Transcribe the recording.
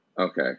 Okay